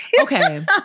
Okay